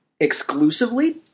exclusively